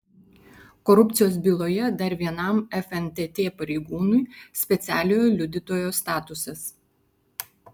korupcijos byloje dar vienam fntt pareigūnui specialiojo liudytojo statusas